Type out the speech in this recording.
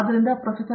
ಆದ್ದರಿಂದ ಪ್ರೊಫೆಸರ್